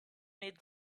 made